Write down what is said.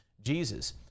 Jesus